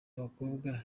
abakobwa